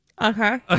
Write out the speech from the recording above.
Okay